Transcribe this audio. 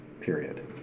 period